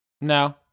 No